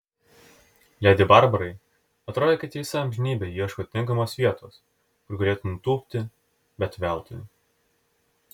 ledi barbarai atrodė kad ji visą amžinybę ieško tinkamos vietos kur galėtų nutūpti bet veltui